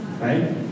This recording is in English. right